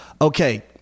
okay